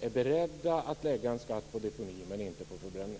är beredda att lägga en skatt på deponi men inte på förbränning?